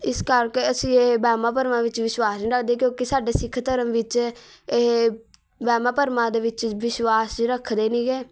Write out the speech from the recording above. ਇਸ ਕਰਕੇ ਅਸੀਂ ਇਹ ਵਹਿਮਾਂ ਭਰਮਾਂ ਵਿੱਚ ਵਿਸ਼ਵਾਸ ਨਹੀਂ ਰੱਖਦੇ ਕਿਉਂਕਿ ਸਾਡੇ ਸਿੱਖ ਧਰਮ ਵਿੱਚ ਇਹ ਵਹਿਮਾਂ ਭਰਮਾਂ ਦੇ ਵਿੱਚ ਵਿਸ਼ਵਾਸ ਰੱਖਦੇ ਨੀਗੇ